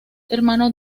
hermano